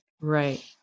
right